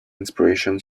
inspiration